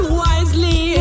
wisely